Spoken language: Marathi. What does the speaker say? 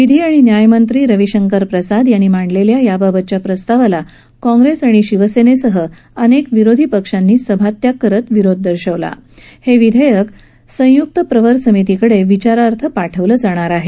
विधी आणि न्यायमंत्री रविशंकर प्रसाद यांनी मांडलेल्या याबाबतच्या प्रस्तावाला काँग्रेस आणि शिवसेनेसह अनेक विरोधी पक्षांनी सभात्याग करत विरोध दर्शवला हे विधेयक संयुक्त प्रवर समितीकडे विचारार्थ पाठवलं जाणार आहे